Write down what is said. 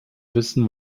wissen